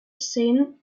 seen